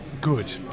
good